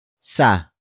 Sa